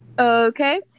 Okay